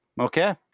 Okay